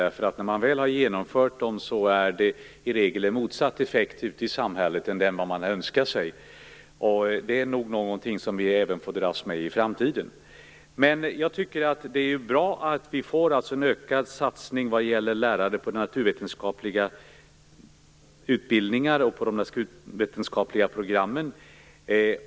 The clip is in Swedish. När de väl är genomförda är effekten i samhället i regel motsatt den som man önskar sig. Det är något som vi nog får dras med även i framtiden. Men det är bra att vi får en ökad satsning på lärare inom naturvetenskapliga utbildningar och inom de naturvetenskapliga programmen.